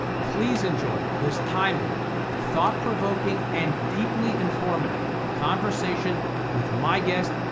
please enjoy this timely thought-provoking and deeply informative conversation with my guest,